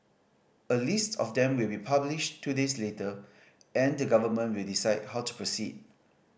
a list of them will be published two days later and the government will decide how to proceed